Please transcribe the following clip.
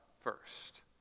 first